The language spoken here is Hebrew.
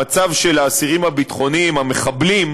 המצב של האסירים הביטחוניים, המחבלים,